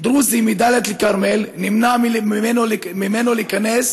דרוזי מדאלית אל-כרמל, נמנע ממנו להיכנס